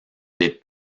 des